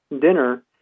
dinner